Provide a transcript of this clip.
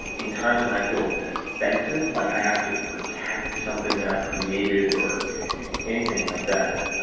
in times when i feel defensive, like i have to protect something that i've created or anything like that.